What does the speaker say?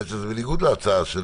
זה בעצם בניגוד להצעה.